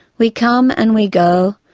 we come and we go,